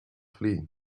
flee